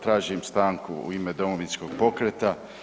Tražim stanku u ime Domovinskog pokreta.